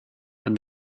and